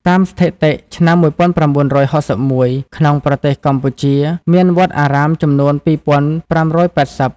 តាមស្ថិតិឆ្នាំ១៩៦១ ក្នុងប្រទេសកម្ពុជា មានវត្តអារាមចំនួន២៥៨០ ។